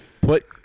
Put